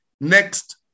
Next